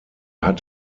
hat